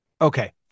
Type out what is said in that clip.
Okay